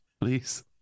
please